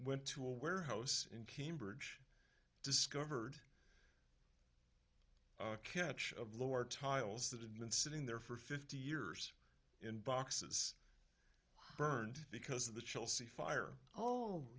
went to a warehouse in cambridge discovered catch of lower tiles that had been sitting there for fifty years in boxes burned because of the chelsea fire oh